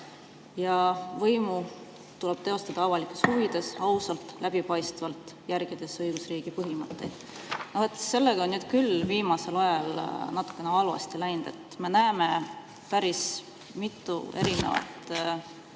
ja võimu tuleb teostada avalikes huvides, ausalt, läbipaistvalt, järgides õigusriigi põhimõtteid. Sellega on nüüd küll viimasel ajal natukene halvasti läinud. Me näeme päris mitut erinevat